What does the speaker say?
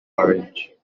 orange